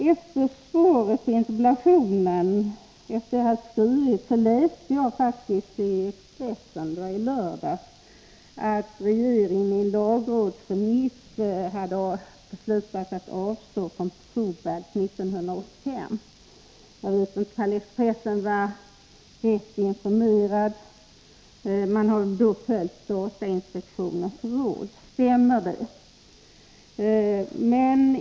Efter det att svaret på interpellationen hade skrivits läste jag i Expresseni — Om den sektoriella lördags att regeringen efter lagrådsremiss hade beslutat avstå från Fobalt samhällsplane 1985. Jag vet inte om Expressen var rätt informerad. Regeringen hade följt ringen datainspektionens råd. Stämmer detta?